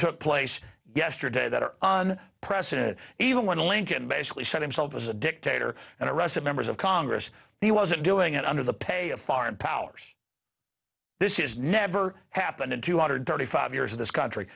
took place yesterday that are on precedent even when lincoln basically shot himself as a dictator and arrested members of congress he wasn't doing it under the pay of foreign powers this is never happened in two hundred thirty five years of this country